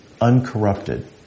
uncorrupted